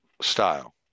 style